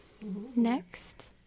Next